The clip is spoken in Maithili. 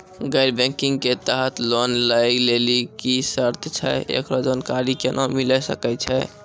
गैर बैंकिंग के तहत लोन लए लेली की सर्त छै, एकरो जानकारी केना मिले सकय छै?